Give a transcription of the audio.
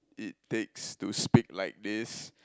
it takes to speak like this